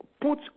put